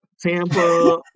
Tampa